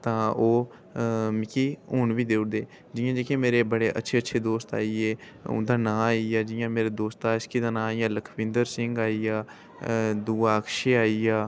तां ओह् मिगी हून बी देई ओड़दे जि'यां जेह्के मेरे बड़े अच्छे अच्छे दोस्त आई गे उं'दा नांऽ आई गेआ जि'यां मेरे दोस्त इक दा नां लखबिंदर सिंह आई गेआ दूआ अक्शे आई गेआ